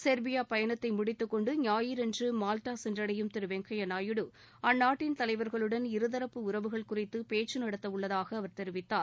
Serbia பயணத்தை முடித்துக்கொண்டு ஞாயிறன்று மாவ்டா சென்றடையும் திரு வெங்கைய்யா நாயுடு அந்நாட்டின் தலைவர்களுடன் இருதரப்பு உறவுகள் குறித்து பேச்சு நடத்தவுள்ளதாக அவர் தெரிவித்தார்